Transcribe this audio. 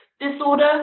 disorder